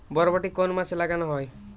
বরবটি কোন মাসে লাগানো হয়?